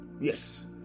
Yes